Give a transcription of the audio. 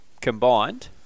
combined